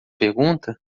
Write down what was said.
pergunta